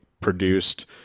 produced